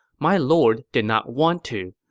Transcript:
my lord did not want to,